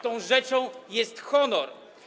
Tą rzeczą jest honor.